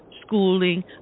schooling